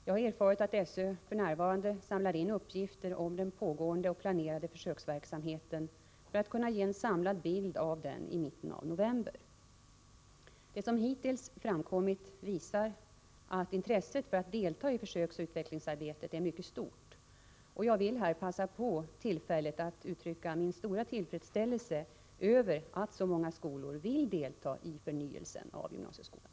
Jag har erfarit att SÖ f.n. samlar in uppgifter om den pågående och planerade försöksverksamheten för att kunna ge en samlad bild av den i mitten av november. Det som hittills framkommit visar att intresset för att delta i försöksoch utvecklingsarbetet är mycket stort, och jag vill här passa på tillfället att uttrycka min stora tillfredsställelse över att så många skolor vill delta i förnyelsen av gymnasieskolan.